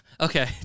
Okay